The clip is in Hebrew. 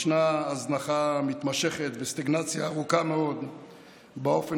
ישנה הזנחה מתמשכת וסטגנציה ארוכה מאוד באופן